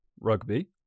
Rugby